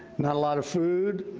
not a lot of food,